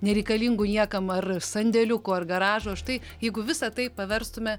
nereikalingų niekam ar sandėliukų ar garažų o štai jeigu visa tai paverstume